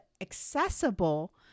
accessible